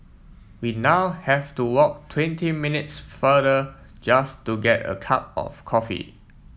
we now have to walk twenty minutes farther just to get a cup of coffee